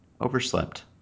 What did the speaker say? overslept